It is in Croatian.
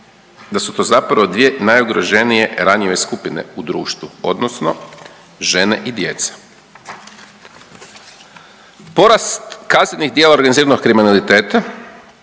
da su to zapravo 2 najugroženije ranjive skupine u društvu odnosno žene i djeca. Porast kaznenih djela organiziranog kriminaliteta,